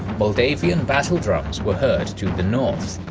moldavian battle drums were heard to the north.